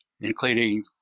including